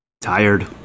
tired